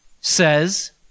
says